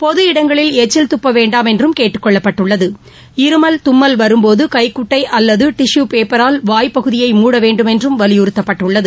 பொது இடங்களில் எச்சில் துப்ப வேண்டாம் என்றும் கேட்டுக் கொள்ளப்பட்டுள்ளது இருமல் தும்மல் வரும்போது கைகுட்டை அல்லது டிஷு பேப்பரால் வாய் பகுதியை மூட வேண்டும் என்றும் வலியுறத்தப்பட்டுள்ளது